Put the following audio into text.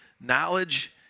Knowledge